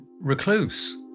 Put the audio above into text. recluse